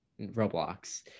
Roblox